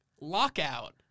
Lockout